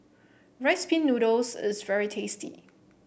Rice Pin Noodles is very tasty